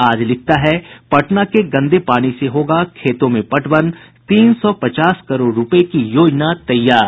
आज लिखता है पटना के गंदे पानी से होगा खेतों में पटवन तीन सौ पचास करोड़ रूपये की योजना तैयार